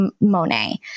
Monet